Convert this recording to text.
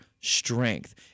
strength